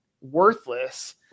worthless